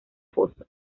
foso